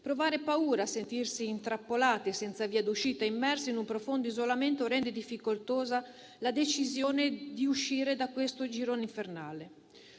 Provare paura, sentirsi intrappolate, senza via d'uscita, immerse in un profondo isolamento rende difficoltosa la decisione di uscire da questo girone infernale.